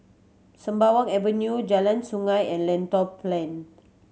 Sembawang Avenue Jalan Sungei and Lentor Plain